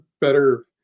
better